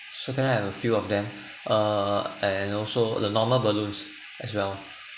so can I have a few of them err and also the normal balloons as well